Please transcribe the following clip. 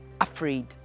afraid